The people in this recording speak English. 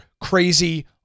crazy